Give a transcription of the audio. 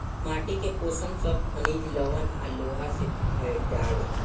माटी के पोषण सब खनिज, लवण आ लोहा से भेटाला